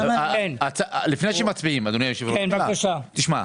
אדוני היושב-ראש, לפני שמצביעים, תשמע,